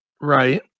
Right